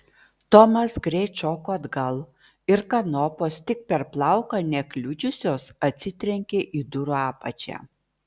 tomas greit šoko atgal ir kanopos tik per plauką nekliudžiusios atsitrenkė į durų apačią